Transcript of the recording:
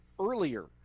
earlier